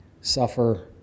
suffer